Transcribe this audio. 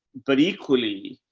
but equally,